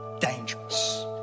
dangerous